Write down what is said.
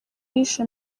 yishe